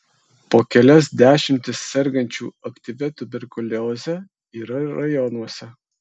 po kelias dešimtis sergančių aktyvia tuberkulioze yra ir rajonuose